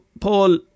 Paul